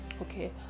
Okay